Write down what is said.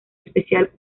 especial